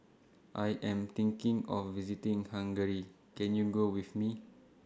I Am thinking of visiting Hungary Can YOU Go with Me